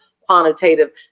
quantitative